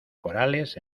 corales